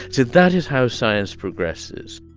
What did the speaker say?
so that is how science progresses